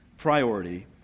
priority